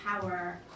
power